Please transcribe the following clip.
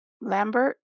Lambert